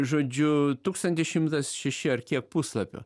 žodžiu tūkstantis šimtas šeši ar kiek puslapių